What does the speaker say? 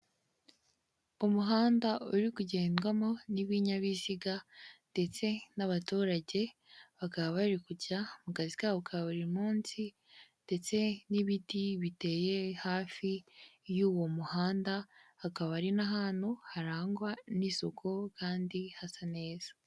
Umuhanda uri kugendwamo n'ibinyabiziga ndetse n'abaturage bakaba bari kujya mu kazi kabo ka buri munsi, ndetse n'ibti biteye hafi y'uwo muhanda, hakaba ari n'ahantu harangwa n'isuku kandi hasa neza.